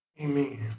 Amen